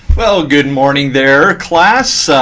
well, good morning there class.